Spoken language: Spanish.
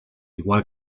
igual